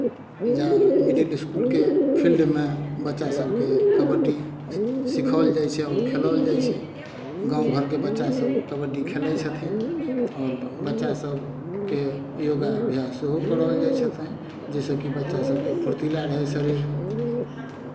या मिडिल इसकुलके फील्डमे बच्चा सभकेँ कबड्डी सिखाओल जाइ छै आओर खेलाओल जाइ छै गाँव घरके बच्चासभ कबड्डी खेलाइत छथिन आओर बच्चा सभकेँ योगा अभ्यास सेहो कराओल जाइ छथिन जाहिसँ कि बच्चा सभके फुर्तीला रहय शरीर